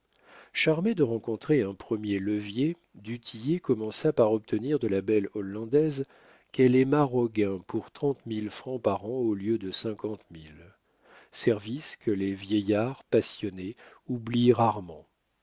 charmé de rencontrer un premier levier du tillet commença par obtenir de la belle hollandaise qu'elle aimât roguin pour trente mille francs par an au lieu de cinquante mille service que les vieillards passionnés oublient rarement